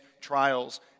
trials